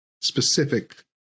specific